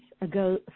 ago